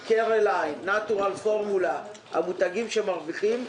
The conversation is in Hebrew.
קרליין, נטורל פורמולה, המותגים שמרוויחים.